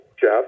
Jeff